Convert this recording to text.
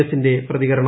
എസ്സിന്റെ പ്രിതികരണം